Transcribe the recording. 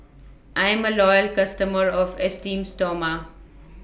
I'm A Loyal customer of Esteem Stoma